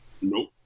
Nope